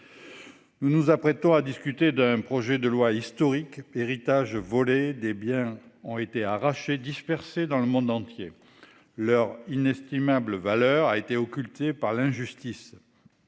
Nous nous apprêtons à discuter d'un projet de loi historique héritage volé des biens ont été arrachés dispersés dans le monde entier. Leur inestimable valeur a été occulté par l'injustice.